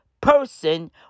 person